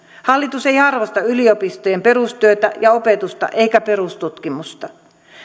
hallitus ei arvosta yliopistojen perustyötä ja opetusta eikä perustutkimusta